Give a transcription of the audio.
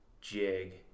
jig